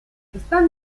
están